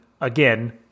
again